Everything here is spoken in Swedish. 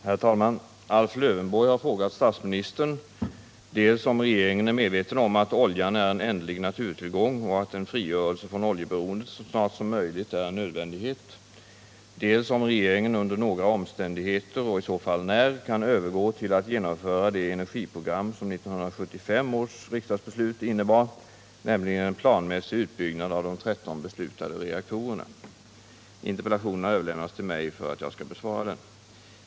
Herr talman! Alf Lövenborg har frågat statsministern dels om regeringen är medveten om att oljan är en ändlig naturtillgång och att en frigörelse från oljeberoendet så snart som möjligt är en nödvändighet, dels om regeringen under några omständigheter — och i så fall när — kan övergå till att genomföra det energiprogram som 1975 års riksdagsbeslut innebar, nämligen en planmässig utbyggnad av de 13 beslutade reaktorerna. Interpellationen har överlämnats till mig för att jag skall besvara den.